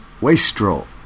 Wastrel